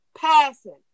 passing